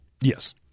Yes